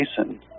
Jason